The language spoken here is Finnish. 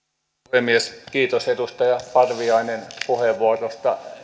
puhemies kiitos edustaja parviainen puheenvuorosta